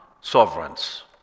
sovereigns